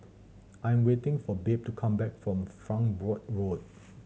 I am waiting for Babe to come back from Farnborough Road